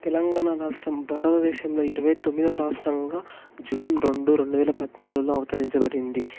తెలంగాణ రాష్ట్రం భారతదేశంలో ఇరవై తొమ్మిదివ రాష్ట్రంగా జూన్ రెండు రెండు వేల పద్నాలుగులో అవతరించబడింది